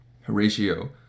Horatio